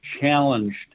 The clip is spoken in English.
challenged